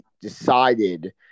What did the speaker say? decided